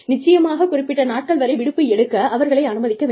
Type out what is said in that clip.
நிச்சயமாக குறிப்பிட்ட நாட்கள் வரை விடுப்பு எடுக்க அவர்களை அனுமதிக்க வேண்டும்